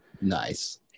Nice